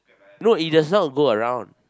no it does not go around